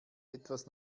etwas